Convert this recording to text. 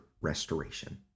restoration